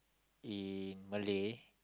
in Malay